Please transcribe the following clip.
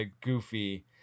goofy